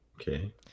Okay